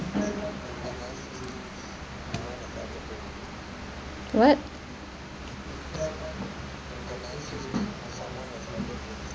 what